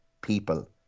people